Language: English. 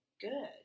good